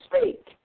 speak